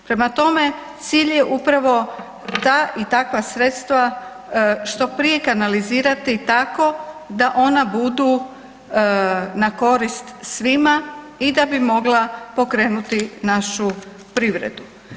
Prema tome, cilj je upravo ta i takva sredstva što prije kanalizirati tako da ona budu na korist svima i da bi mogla pokrenuti našu privredu.